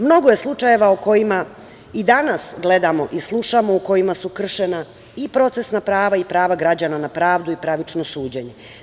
Mnogo je slučajeva o kojima i danas i gledamo i slušamo u kojima su kršena i procesna prava i prava građana na pravdu i pravično suđenje.